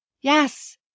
Yes